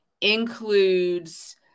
includes